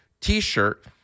T-shirt